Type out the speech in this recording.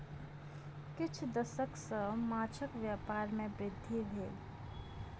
किछ दशक सॅ माँछक व्यापार में वृद्धि भेल